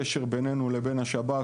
אבל מבחינת הקשר בינינו לבין השב"כ,